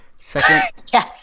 Second